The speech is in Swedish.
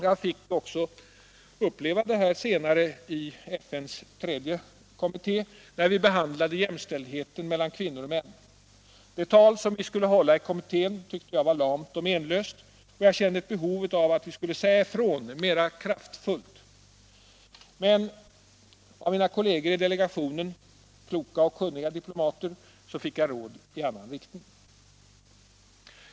Jag fick särskilt uppleva detta senare i FN:s tredje kommitté när vi behandlade frågan om jämställdhet mellan kvinnor och män. Det tal som vi skulle hålla i kommittén tyckte jag var lamt och menlöst. Jag kände ett behov av att vi skulle säga ifrån mer kraftfullt. Men av mina kolleger i delegationen — kloka och kunniga diplomater — fick jag råd i annan riktning.